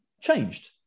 changed